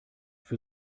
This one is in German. für